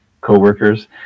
co-workers